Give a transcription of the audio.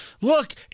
Look